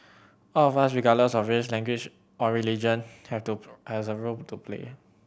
all of us regardless of race language or religion have to as a role to play